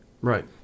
Right